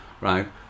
Right